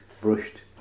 brushed